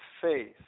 faith